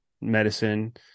medicine